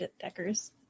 deckers